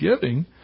giving